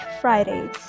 Fridays